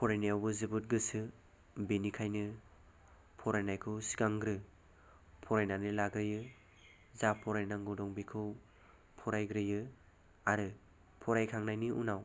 फरायनायावबो जोबोद गोसो बेनिखायनो फरायनायखौ सिगांग्रो फरायनानै लाग्रोयो जा फरायनांगौ दं बेखौ फरायग्रोयो आरो फरायखांनायनि उनाव